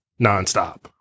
nonstop